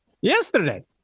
Yesterday